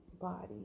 body